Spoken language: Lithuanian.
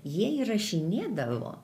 jie įrašinėdavo